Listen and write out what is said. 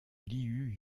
liu